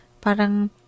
parang